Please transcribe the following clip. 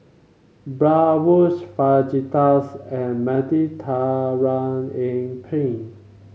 Bratwurst Fajitas and Penne